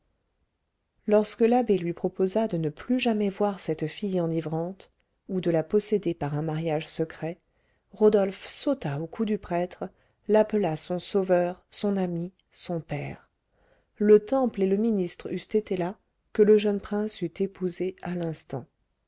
lorsque l'abbé lui proposa de ne plus jamais voir cette fille enivrante ou de la posséder par un mariage secret rodolphe sauta au cou du prêtre l'appela son sauveur son ami son père le temple et le ministre eussent été là que le jeune prince eût épousé à l'instant